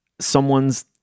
someone's